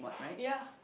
ya